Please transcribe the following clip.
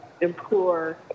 implore